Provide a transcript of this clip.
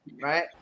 right